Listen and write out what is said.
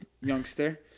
youngster